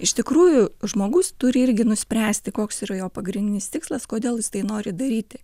iš tikrųjų žmogus turi irgi nuspręsti koks yra jo pagrindinis tikslas kodėl jis tai nori daryti